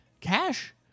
Cash